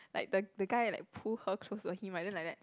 like the the guy like pull her close to him right then like that